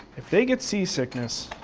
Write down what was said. if they get sea sickness,